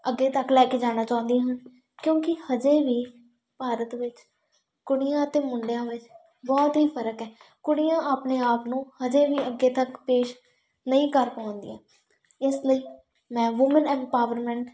ਅੱਗੇ ਤੱਕ ਲੈ ਕੇ ਜਾਣਾ ਚਾਹੁੰਦੀ ਹਾਂ ਕਿਉਂਕਿ ਅਜੇ ਵੀ ਭਾਰਤ ਵਿੱਚ ਕੁੜੀਆਂ ਅਤੇ ਮੁੰਡਿਆਂ ਵਿੱਚ ਬਹੁਤ ਹੀ ਫਰਕ ਹੈ ਕੁੜੀਆਂ ਆਪਣੇ ਆਪ ਨੂੰ ਅਜੇ ਵੀ ਅੱਗੇ ਤੱਕ ਪੇਸ਼ ਨਹੀਂ ਕਰ ਪਾਉਂਦੀਆਂ ਇਸ ਲਈ ਮੈਂ ਵੂਮਨ ਐਮਪਾਵਰਮੈਂਟ